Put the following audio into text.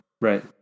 Right